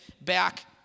back